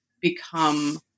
become